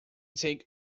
take